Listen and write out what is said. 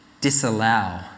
disallow